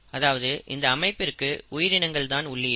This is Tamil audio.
அதாவது இந்த அமைப்பிற்கு உயிரினங்கள் தான் உள்ளீடு